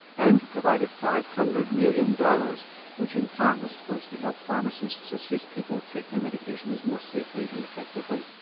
and provided five hundred million dollars which in part was supposed to help pharmacists assist people take their medications more safely and effectively.